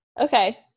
okay